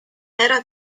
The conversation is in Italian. era